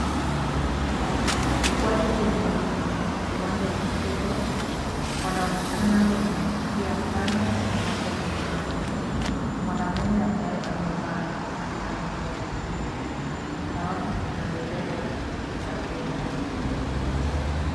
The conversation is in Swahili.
Watu kwenye uwanja wa michezo wanaonekana wamefurahia sana, ambapo kuna mwanamume ambaye amevaa shati la kijani kibichi na wako na bendera za Kenya.